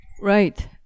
Right